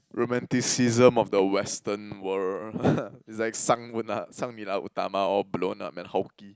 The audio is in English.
romanticism of the western world it's like Sang ula~ Sang-Nila-Utama all blown up man and hulky